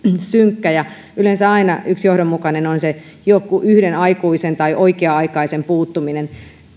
synkkä ja yleensä aina yksi johdonmukainen syy on joku yksi aikuinen tai oikea aikainen puuttuminen